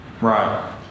Right